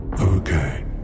Okay